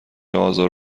آزار